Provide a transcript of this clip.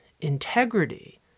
integrity